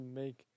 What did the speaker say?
make